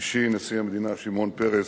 אישי נשיא המדינה שמעון פרס,